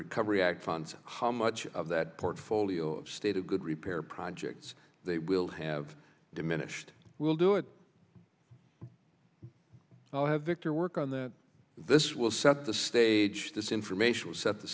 funds how much of that portfolio state of good repair projects they will have diminished we'll do it i'll have victor work on that this will set the stage this information